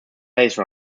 base